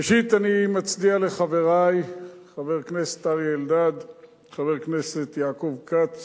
ראשית אני מצדיע לחברי חבר הכנסת אריה אלדד וחבר הכנסת יעקב כץ